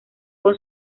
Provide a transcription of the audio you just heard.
con